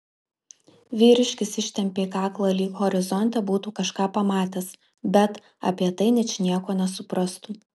vyriškis ištempė kaklą lyg horizonte būtų kažką pamatęs bet apie tai ničnieko nesuprastų